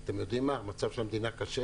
המצב של המדינה קשה